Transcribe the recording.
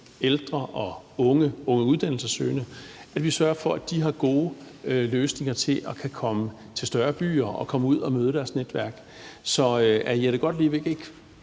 ældre og unge uddannelsessøgende. Vi skal sørge for, at der er gode løsninger, så de kan komme til større byer og komme ud og møde deres netværk. Så er fru Jette Gottlieb ikke